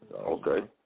Okay